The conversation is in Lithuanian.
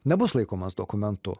nebus laikomas dokumentu